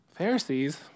Pharisees